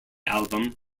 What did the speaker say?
album